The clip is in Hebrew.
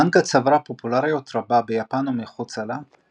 המאנגה צברה פופולריות רבה ביפן ומחוצה לה,